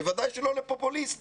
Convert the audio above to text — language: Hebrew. בוודאי שלא לפופוליסטי.